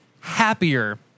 happier